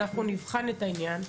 אנחנו נבחן את העניין.